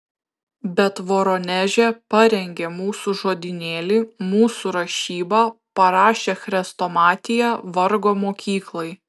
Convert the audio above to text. bet voroneže parengė mūsų žodynėlį mūsų rašybą parašė chrestomatiją vargo mokyklai